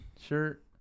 shirt